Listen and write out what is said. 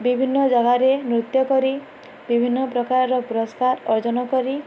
ବିଭିନ୍ନ ଜାଗାରେ ନୃତ୍ୟ କରି ବିଭିନ୍ନ ପ୍ରକାରର ପୁରସ୍କାର ଅର୍ଜନ କରି